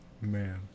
Man